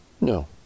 No